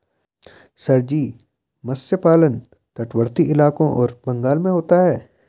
sir ji मत्स्य पालन तटवर्ती इलाकों और बंगाल में होता है